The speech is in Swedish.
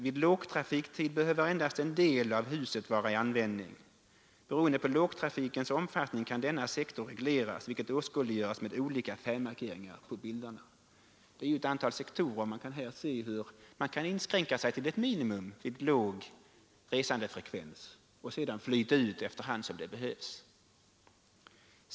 Vid lågtrafiktid behöver endast en del av huset användas. Beroende på lågtrafikens omfattning kan denna sektor regleras, vilket åskådliggörs med de olika färgmarkeringarna på bilden. Det är ett antal sektorer — man kan inskränka sig till ett minimum vid låg resandefrekvens och sedan flytta ut efter hand som det behövs.